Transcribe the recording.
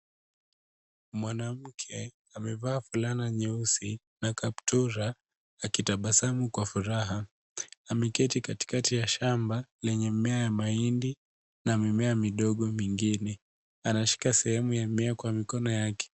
Mwanamke amevaa fulana nyeusi na kaptura akitabasamu kwa furaha. Ameketi katikati ya shamba lenye mimea wa mahindi na mimea midogo mingine. Anashika sehemu ya mmea kwa mkono yake.